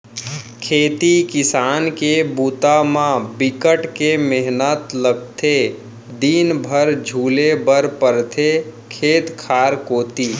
खेती किसान के बूता म बिकट के मेहनत लगथे दिन भर झुले बर परथे खेत खार कोती